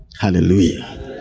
Hallelujah